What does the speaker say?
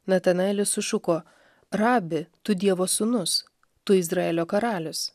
natanaelis sušuko rabi tu dievo sūnus tu izraelio karalius